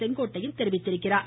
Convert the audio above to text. செங்கோட்டையன் தெரிவித்துள்ளார்